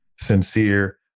sincere